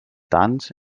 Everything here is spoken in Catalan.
tants